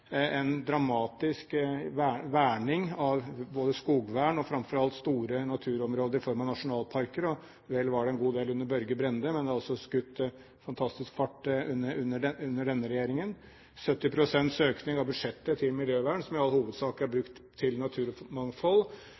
en dramatisk verning, både skogvern og framfor alt av store naturområder i form av nasjonalparker. Vel var det en god del under Børge Brende, men det har også skutt fantastisk fart under denne regjeringen. Det har vært 70 pst. økning i budsjettet til miljøvern, som i all hovedsak er brukt til naturmangfold.